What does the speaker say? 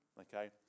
Okay